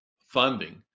funding